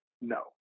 No